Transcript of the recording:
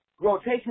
rotation